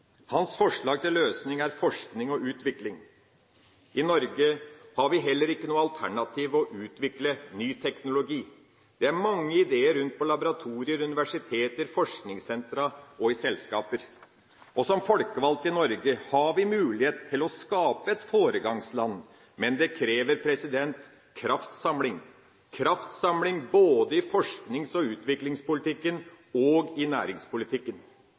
Hans forslag til løsning er forskning og utvikling. I Norge har vi heller ikke noe alternativ til å utvikle ny teknologi. Det er mange ideer rundt på laboratorier, universiteter, forskningssentra og i selskaper, og som folkevalgte i Norge har vi mulighet til å skape et foregangsland. Men det krever kraftsamling – kraftsamling både i forsknings- og utviklingspolitikken og i næringspolitikken.